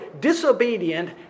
disobedient